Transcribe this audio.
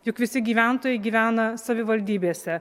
juk visi gyventojai gyvena savivaldybėse